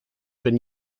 been